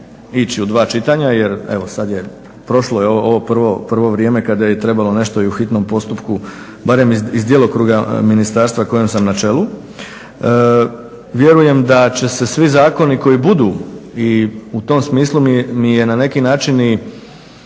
ići u dva čitanja. Jer evo sad je, prošlo je ovo prvo vrijeme kada je trebalo nešto i u hitnom postupku barem iz djelokruga ministarstva kojem sam na čelu. Vjerujem da će se svi zakoni koji budu i u tom smislu mi je na neki način i